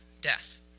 Death